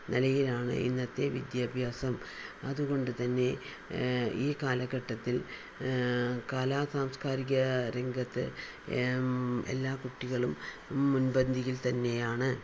നിലയിലാണ് ഇന്നത്തെ വിദ്യാഭ്യാസം അതുകൊണ്ട് തന്നെ ഈ കാലഘട്ടത്തിൽ കലാ സാംസ്കാരിക രംഗത്ത് എല്ലാ കുട്ടികളും മുൻപന്തിയിൽ തന്നെയാണ്